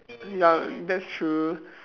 ya that's true